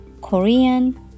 Korean